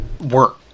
work